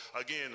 again